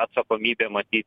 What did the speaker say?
atsakomybė matyt